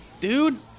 dude